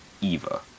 Eva